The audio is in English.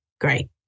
Great